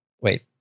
Wait